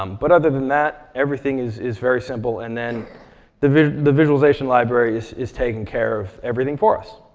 um but other than that, everything is is very simple. and then the the visualization library is is taking care of everything for us.